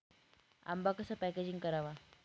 आंबा कसा पॅकेजिंग करावा?